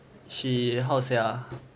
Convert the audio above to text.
she how to say ah